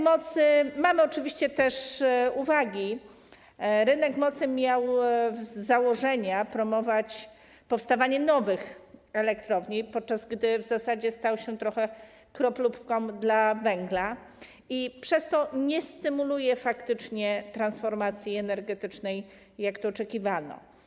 Mamy oczywiście też uwagi, rynek mocy miał z założenia promować powstawanie nowych elektrowni, podczas gdy w zasadzie stał się trochę kroplówką dla węgla i przez to nie stymuluje faktycznie transformacji energetycznej, jak oczekiwano.